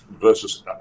versus